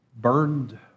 burned